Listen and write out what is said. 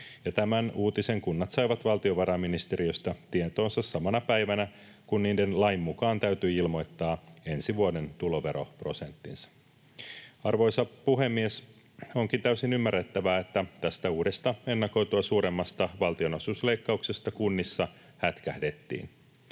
tämän uutisen kunnat saivat valtiovarainministeriöstä tietoonsa samana päivänä, kun niiden lain mukaan täytyi ilmoittaa ensi vuoden tuloveroprosenttinsa. Arvoisa puhemies! Onkin täysin ymmärrettävää, että tästä uudesta, ennakoitua suuremmasta valtionosuusleikkauksesta kunnissa hätkähdettiin.